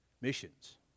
missions